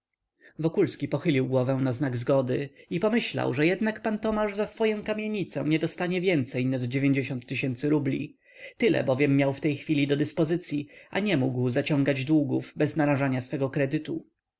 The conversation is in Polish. stanisławie wokulski pochylił głowę na znak zgody i pomyślał że jednak pan tomasz za swoję kamienicę nie dostanie więcej nad tysięcy rubli tyle bowiem miał w tej chwili do dyspozycyi a nie mógł zaciągać długów bez narażania swego kredytu